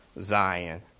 Zion